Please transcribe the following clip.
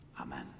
Amen